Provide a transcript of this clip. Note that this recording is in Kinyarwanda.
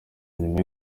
nyuma